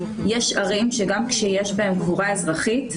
יש ערים שגם כשיש בהן קבורה אזרחית,